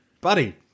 Buddy